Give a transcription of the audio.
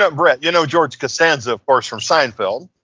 ah brett, you know george costanza, of course, from seinfeld,